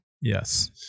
Yes